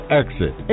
exit